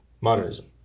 modernism